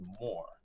more